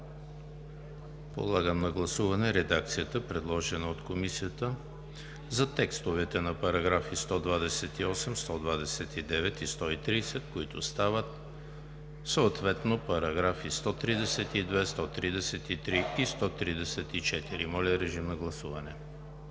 Подлагам на гласуване редакцията, предложена от Комисията за текстовете на параграфи 128, 129 и 130, които стават съответно параграфи 132, 133 и 134. Гласували